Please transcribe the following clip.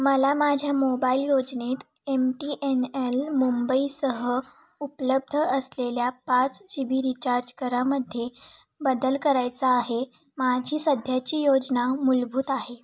मला माझ्या मोबाईल योजनेत एम टी एन एल मुंबईसह उपलब्ध असलेल्या पाच जी बी रीचार्ज करामध्ये बदल करायचा आहे माझी सध्याची योजना मूलभूत आहे